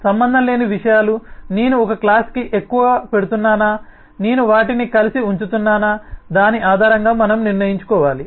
సంబంధం లేని విషయాలు నేను ఒక క్లాస్ కి ఎక్కువగా పెడుతున్నానా నేను వాటిని కలిసి ఉంచుతున్నానా దాని ఆధారంగా మనం నిర్ణయించుకోవాలి